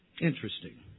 Interesting